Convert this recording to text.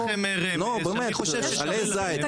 איזה עלה זית?